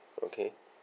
okay